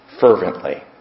fervently